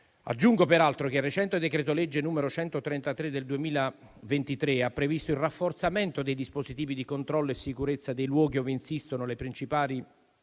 Aggiungo, peraltro, che il recente decreto-legge n. 133 del 2023 ha previsto il rafforzamento dei dispositivi di controllo e sicurezza dei luoghi dove insistono le principali